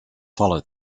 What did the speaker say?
follow